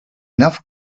enough